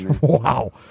Wow